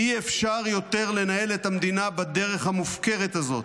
אי-אפשר יותר לנהל את המדינה בדרך המופקרת הזאת,